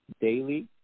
daily